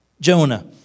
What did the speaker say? Jonah